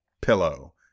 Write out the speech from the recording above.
pillow